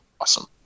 awesome